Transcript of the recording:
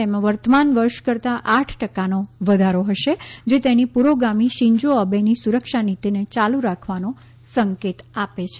તેમાં વર્તમાન વર્ષ કરતાં આઠ ટકાનો વધારો હશે જે તેની પુરોગામી શિંજો આબેની સુરક્ષા નીતિને યાલુ રાખવાનો સંકેત આપે છે